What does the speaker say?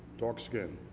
dark skin.